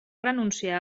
renunciar